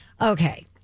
Okay